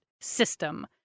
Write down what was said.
system